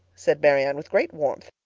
said marianne with great warmth,